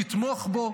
תתמוך בו,